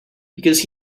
because